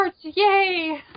Yay